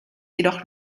jedoch